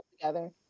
together